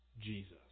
Jesus